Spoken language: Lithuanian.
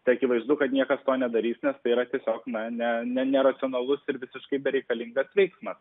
tai akivaizdu kad niekas to nedarys nes tai yra tiesiog na ne ne neracionalus ir visiškai bereikalingas veiksmas